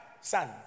son